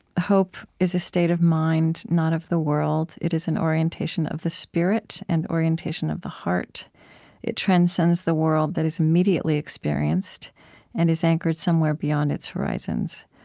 hope is a state of mind, not of the world. it is an orientation of the spirit and orientation of the heart it transcends the world that is immediately experienced and is anchored somewhere beyond its horizons.